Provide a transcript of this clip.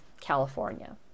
California